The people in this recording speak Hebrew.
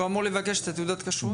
הוא צריך לבקש מראש את תעודות הכשרות?